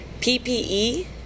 PPE